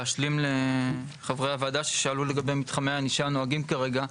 אבקש להשלים לחברי הוועדה ששאלו לגבי מתחמי הענישה הנוהגים כרגע,